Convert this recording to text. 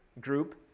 group